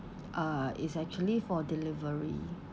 uh it's actually for delivery